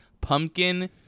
pumpkin